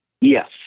Yes